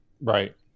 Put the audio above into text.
Right